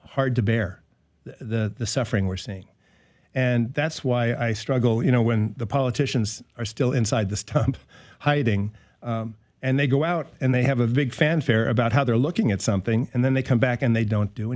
hard to bear the suffering we're seeing and that's why i struggle you know when the politicians are still inside the stump hiding and they go out and they have a big fanfare about how they're looking at something and then they come back and they don't do